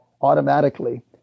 automatically